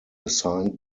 assigned